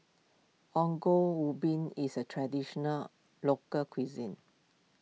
Ongol Ubi is a Traditional Local Cuisine